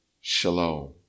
shalom